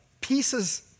pieces